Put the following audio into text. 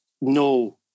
no